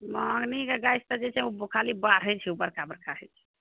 महोगनीके गाछ तऽ जे छै ओ खाली बढ़ै छै ओ बड़का बड़का होय छै